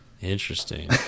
Interesting